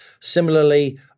Similarly